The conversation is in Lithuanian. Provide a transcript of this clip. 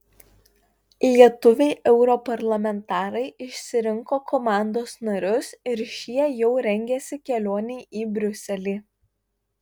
lietuviai europarlamentarai išsirinko komandos narius ir šie jau rengiasi kelionei į briuselį